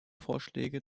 vorschläge